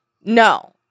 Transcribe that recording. No